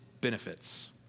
benefits